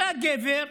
אתה גבר?